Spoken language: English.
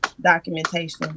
documentation